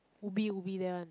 ubi ubi there one